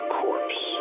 corpse